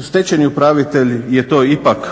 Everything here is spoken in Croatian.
Stečajni upravitelj je to ipak